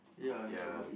ya